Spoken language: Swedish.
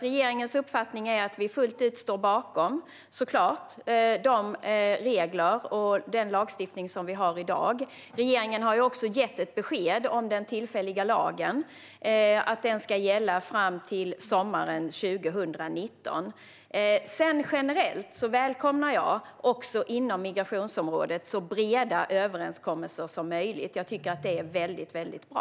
Regeringens uppfattning är att vi fullt ut står bakom de regler och den lagstiftning som vi har i dag. Regeringen har också gett ett besked om att den tillfälliga lagen ska gälla fram till sommaren 2019. Generellt välkomnar jag också inom migrationsområdet så breda överenskommelser som möjligt. Jag tycker att det är mycket bra.